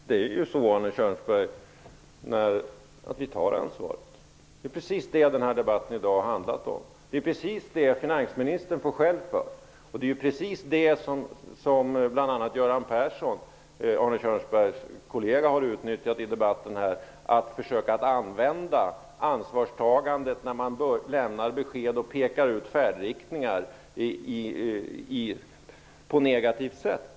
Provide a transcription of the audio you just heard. Herr talman! Vi tar ansvaret, Arne Kjörnsberg -- det är det som debatten här i dag har handlat om. Det är precis det som finansministern får skäll för och det som bl.a. Göran Persson, Arne Kjörnsbergs kollega, har uttnyttjat i debatten. Han har försökt använda ansvarstagandet, att man lämnar besked och pekar ut färdriktningar, på ett negativt sätt.